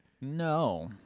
no